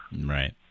right